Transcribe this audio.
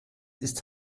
ist